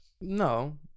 No